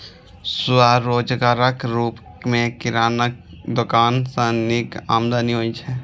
स्वरोजगारक रूप मे किराना दोकान सं नीक आमदनी होइ छै